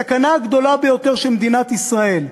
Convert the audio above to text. הסכנה הגדולה ביותר של מדינת ישראל,